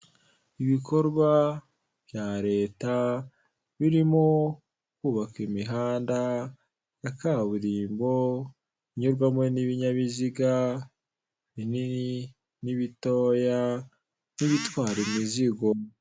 Ibikorwa bya leta birimo kubaka imihanda ya kaburimbo inyurwamo n'ibinyabiziga binini n'ibitoya n'ibitwara imizigo.